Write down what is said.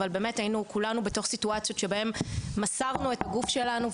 אבל היינו כולנו בתוך סיטואציות שבהם מסרנו את הגוף שלנו,